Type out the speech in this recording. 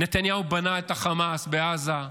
נתניהו בנה את החמאס בעזה,